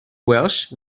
welsh